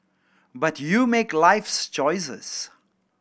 but you make life's choices